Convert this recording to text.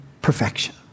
perfection